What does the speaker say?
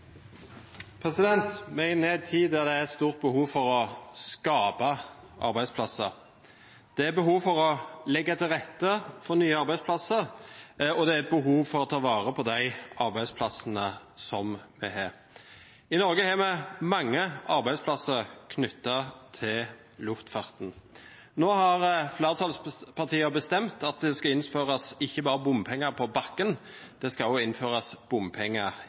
tid da det er stort behov for å skape arbeidsplasser. Det er behov for å legge til rette for nye arbeidsplasser, og det er behov for å ta vare på de arbeidsplassene vi har. I Norge har vi mange arbeidsplasser knyttet til luftfarten. Nå har flertallspartiene bestemt at det ikke bare skal innføres bompenger på bakken, det skal også innføres bompenger